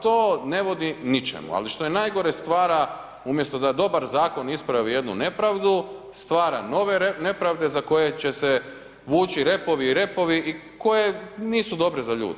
To ne vodi ničemu, ali što je najgore, stvara, umjesto da dobar zakon ispravi jednu nepravdu, stvara nove nepravde za koje će se vuči repovi i repovi i koje nisu dobre za ljude.